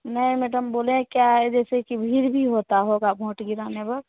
नहीं मैडम बोले क्या है जैसे कि भीड़ भी होती होगी भोट गिराने वक़्त